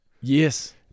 Yes